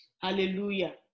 Hallelujah